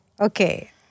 Okay